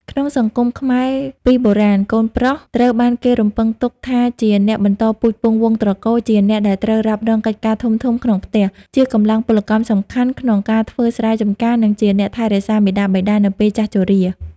ក្នុងសង្គមខ្មែរពីបុរាណ កូនប្រុសត្រូវបានគេរំពឹងទុកថាជាអ្នកបន្តពូជពង្សវង្សត្រកូល ជាអ្នកដែលត្រូវរ៉ាប់រងកិច្ចការធំៗក្នុងផ្ទះ ជាកម្លាំងពលកម្មសំខាន់ក្នុងការធ្វើស្រែចំការ និងជាអ្នកថែរក្សាមាតាបិតានៅពេលចាស់ជរា។